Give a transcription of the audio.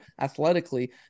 athletically